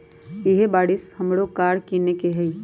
इहे बरिस हमरो कार किनए के हइ